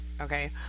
okay